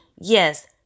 Yes